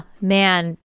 man